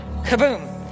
kaboom